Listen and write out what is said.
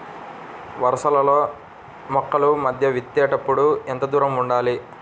వరసలలో మొక్కల మధ్య విత్తేప్పుడు ఎంతదూరం ఉండాలి?